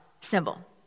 symbol